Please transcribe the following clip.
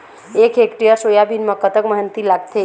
एक hectare soybean म कतक मेहनती लागथे?